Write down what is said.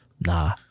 Nah